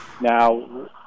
Now